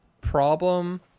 problem